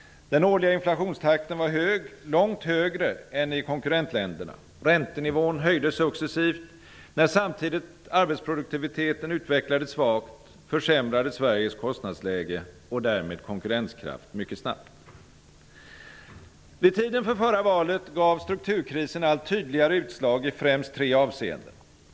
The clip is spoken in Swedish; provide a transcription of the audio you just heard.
Den årliga inflationstakten var hög -- långt högre än i konkurrentländerna. Räntenivån höjdes successivt. När samtidigt arbetsproduktiviteten utvecklades svagt, försämrades Sveriges kostnadsläge och därmed konkurrenskraft mycket snabbt. Vid tiden för förra valet gav strukturkrisen allt tydligare utslag i främst tre avseenden.